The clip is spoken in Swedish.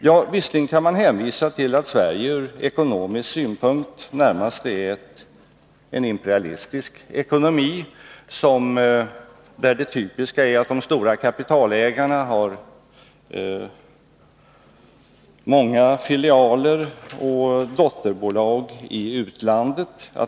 Ja, visserligen kan man hänvisa till att Sverige från ekonomisk synpunkt närmast är en imperialistisk ekonomi, där det typiska är att de stora kapitalägarna har många filialer och dotterbolag i utlandet.